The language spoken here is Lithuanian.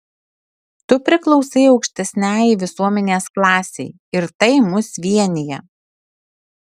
tu priklausai aukštesniajai visuomenės klasei ir tai mus vienija